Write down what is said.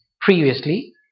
previously